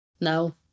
No